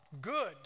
good